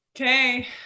Okay